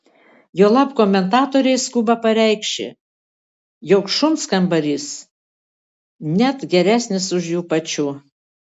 juolab komentatoriai skuba pareikši jog šuns kambarys net geresnis už jų pačių